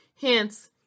hence